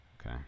Okay